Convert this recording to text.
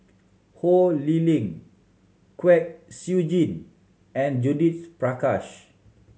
Ho Lee Ling Kwek Siew Jin and Judith Prakash